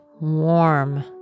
warm